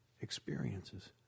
Experiences